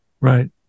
Right